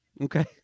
okay